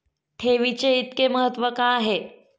ठेवीचे इतके महत्व का आहे?